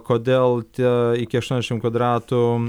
kodėl tie iki aštuoniasdešim kvadratų